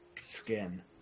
skin